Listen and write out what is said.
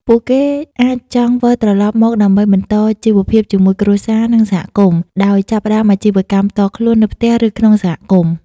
ពួកគេអាចចង់វិលត្រឡប់មកដើម្បីបន្តជីវភាពជាមួយគ្រួសារ និងសហគមន៍ ដោយចាប់ផ្តើមអាជីវកម្មផ្ទាល់ខ្លួននៅផ្ទះឬក្នុងសហគមន៍។